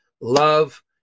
love